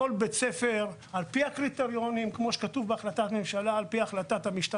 ושכל בית ספר שעומד בקריטריונים שצוינו בהחלטת הממשלה,